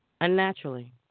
unnaturally